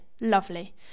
Lovely